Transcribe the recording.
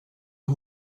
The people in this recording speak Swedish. och